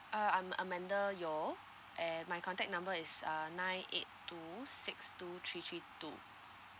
uh I'm uh amanda yeo and my contact number is uh nine eight two six two three three two